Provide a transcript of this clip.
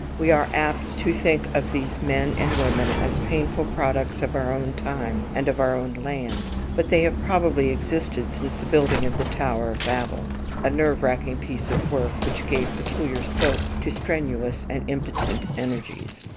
we are apt to think of these men and women as painful products of our own time and of our own land but they have probably existed since the building of the tower of babel a nerve-racking piece of work which gave peculiar scope to strenuous and impotent energies.